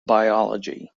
biology